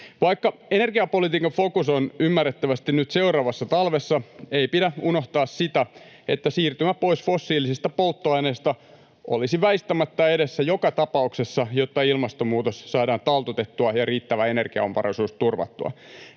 Vaikka energiapolitiikan fokus on ymmärrettävästi nyt seuraavassa talvessa, ei pidä unohtaa sitä, että siirtymä pois fossiilisista polttoaineista olisi väistämättä edessä joka tapauksessa, jotta ilmastonmuutos saadaan taltutettua ja riittävä energiaomavaraisuus turvattua.